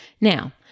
Now